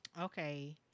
Okay